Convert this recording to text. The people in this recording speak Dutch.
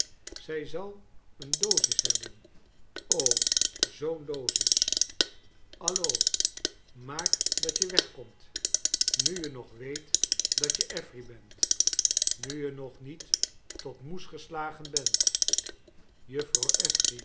zij zal een dosis hebben o zoo'n dosis alio chaiiles dickens mak dat je weg komt nu je nog weet dat je affery bent mi je nog niet tot moes geslagen bent